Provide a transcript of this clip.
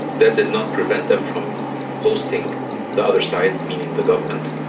that did not prevent them from hosting the other side, meaning the government.